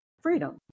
freedom